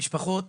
מדובר במשפחות